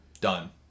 done